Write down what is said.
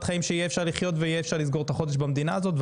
חיים שיהיה אפשר לחיות ויהיה אפשר לסגור את החודש במדינה הזאת,